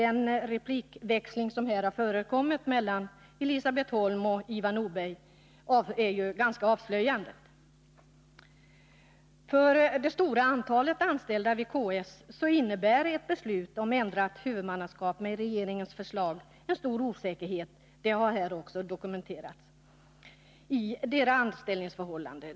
Den replikväxling som här har förekommit mellan Elisabet Holm och Ivar Nordberg är ganska avslöjande. För det stora antalet anställda vid Karolinska sjukhuset innebär ett beslut om ändrat huvudmannaskap enligt regeringens förslag stor osäkerhet — det har här också dokumenterats — i deras anställningsförhållanden.